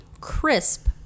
crisp